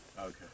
Okay